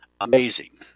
Amazing